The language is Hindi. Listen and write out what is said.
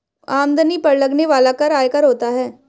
आमदनी पर लगने वाला कर आयकर होता है